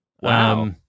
Wow